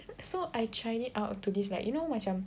so I tried it out to this like you know macam